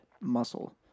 muscle